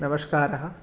नमस्कारः